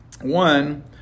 One